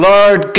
Lord